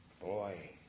Boy